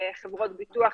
חברות ביטוח,